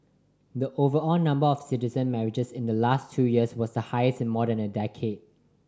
the overall number of citizen marriages in the last two years was the highest in more than a decade